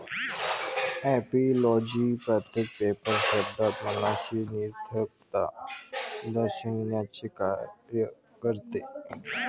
ऍपिओलॉजी प्रत्येक पेपर शब्दात मनाची निरर्थकता दर्शविण्याचे कार्य करते